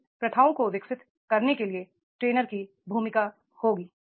इन प्रथाओं को विकसित करने के लिए ट्रेनर की भूमिका होगी